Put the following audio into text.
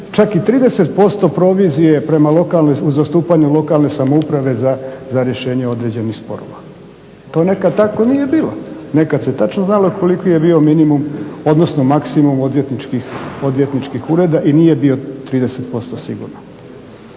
čak i 30% provizije prema lokalnoj, u zastupanju lokalne samouprave za rješenje određenih sporova. To nekad tako nije bilo. Nekad se tačno znalo koliki je bio minimum, odnosno maksimum odvjetničkih ureda i nije bio 30% sigurno.